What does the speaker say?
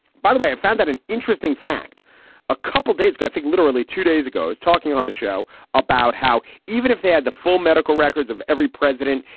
by the way, i found that an interesting fact a couple days, i think literally two days ago is talking on the show about how even if they had the full medical records of every president,